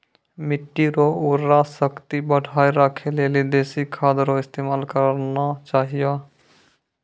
मिट्टी रो उर्वरा शक्ति बढ़ाएं राखै लेली देशी खाद रो इस्तेमाल करना चाहियो